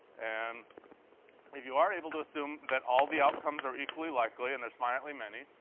and if you are able to assume that all the outcomes are equally likely and there's finitely many,